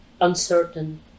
uncertain